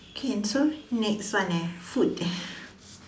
okay so next one eh food